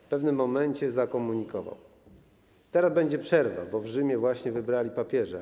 W pewnym momencie zakomunikował: Teraz będzie przerwa, bo w Rzymie właśnie wybrali papieża.